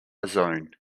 zone